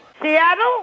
Seattle